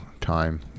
time